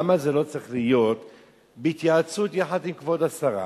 למה זה צריך להיות בהתייעצות עם כבוד השרה?